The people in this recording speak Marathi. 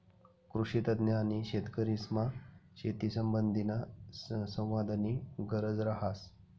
कृषीतज्ञ आणि शेतकरीसमा शेतीसंबंधीना संवादनी गरज रहास